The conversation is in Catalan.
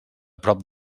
prop